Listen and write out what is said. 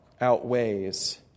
outweighs